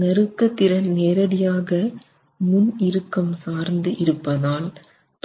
நறுக்க திறன் நேரடியாக முன் இறுக்கம் சார்ந்து இருப்பதால்